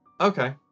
Okay